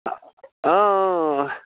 اۭں اۭں اۭں